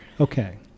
Okay